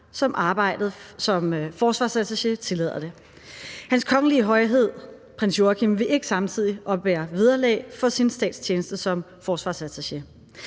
arbejdet som forsvarsattaché tillader det. Hans Kongelige Højhed Prins Joachim vil ikke samtidig oppebære vederlag for sin statstjeneste som forsvarsattaché.